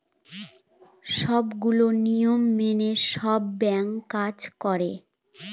সবগুলো নিয়ম মেনে সব ব্যাঙ্ক কাজ করে